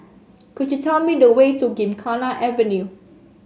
could you tell me the way to Gymkhana Avenue